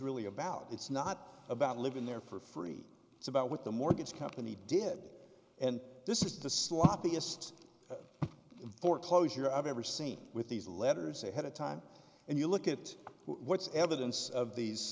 really about it's not about living there for free it's about what the mortgage company did and this is the sloppiest foreclosure i've ever seen with these letters ahead of time and you look at what's evidence of these